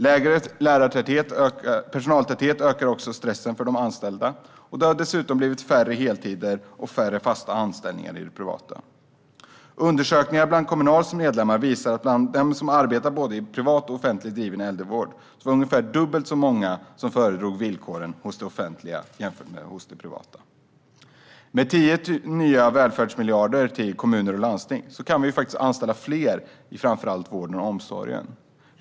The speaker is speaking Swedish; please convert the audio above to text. Lägre personaltäthet ökar också stressen för de anställda. Det har dessutom blivit färre heltider och färre fasta anställningar i det privata. Undersökningar bland Kommunals medlemmar visar att bland dem som har arbetat både i privat och i offentligt driven äldreomsorg var det ungefär dubbelt så många som föredrog villkoren hos den offentliga framför den privata. Med 10 nya välfärdsmiljarder till kommuner och landsting kan vi anställa fler i framför allt vården och omsorgen.